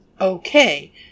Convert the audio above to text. okay